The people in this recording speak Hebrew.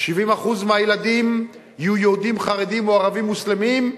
70% מהילדים יהיו יהודים חרדים או ערבים מוסלמים,